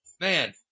Man